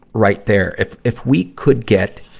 right there. if, if we could get